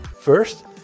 first